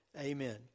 Amen